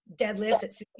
deadlifts